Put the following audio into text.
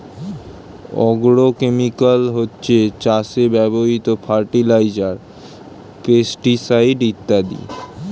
agrochemical হচ্ছে চাষে ব্যবহৃত ফার্টিলাইজার, পেস্টিসাইড ইত্যাদি